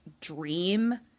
dream